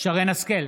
שרן מרים השכל,